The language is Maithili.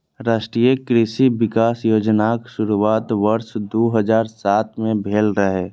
राष्ट्रीय कृषि विकास योजनाक शुरुआत वर्ष दू हजार सात मे भेल रहै